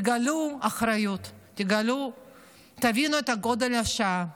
תגלו אחריות, תבינו את גודל השעה.